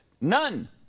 None